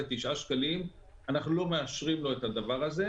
תשעה שקלים אנחנו לא מאשרים לו את הדבר הזה.